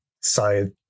side